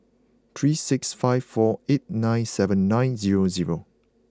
three six five four eight nine seven nine zero zero